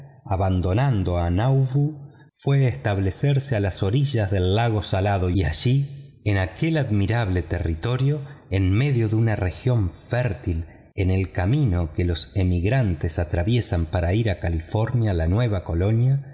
abandonando a nauvoo fue a establecerse a las orillas del lago salado y allí en aquel admirable territorio en medio de una región fértil en el camino que los emigrantes atraviesan para ir a califomia la nueva colonia